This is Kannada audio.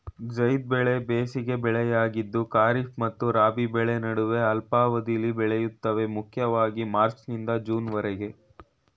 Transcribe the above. ಝೈದ್ ಬೆಳೆ ಬೇಸಿಗೆ ಬೆಳೆಯಾಗಿದ್ದು ಖಾರಿಫ್ ಮತ್ತು ರಾಬಿ ಬೆಳೆ ನಡುವೆ ಅಲ್ಪಾವಧಿಲಿ ಬೆಳಿತವೆ ಮುಖ್ಯವಾಗಿ ಮಾರ್ಚ್ನಿಂದ ಜೂನ್ವರೆಗೆ